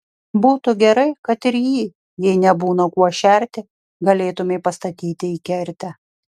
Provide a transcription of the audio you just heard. būtų gerai kad ir jį jei nebūna kuo šerti galėtumei pastatyti į kertę